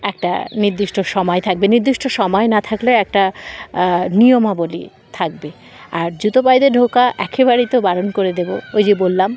একটা নির্দিষ্ট সময় থাকবে নির্দিষ্ট সময় না থাকলেও একটা নিয়মাবলী থাকবে আর জুতো পায়ে দিয়ে ঢোকা একেবারেই তো বারণ করে দেবো ওই যে বললাম